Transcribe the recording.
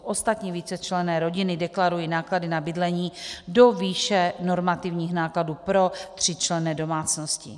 Ostatní vícečlenné rodiny deklarují náklady na bydlení do výše normativních nákladů pro tříčlenné domácnosti.